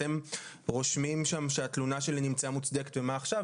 אתם רושמים שם ש-התלונה שלי נמצאה מוצדקת ומה עכשיו?